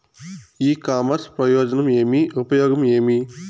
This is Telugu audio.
ఇ కామర్స్ ప్రయోజనం ఏమి? ఉపయోగం ఏమి?